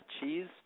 cheese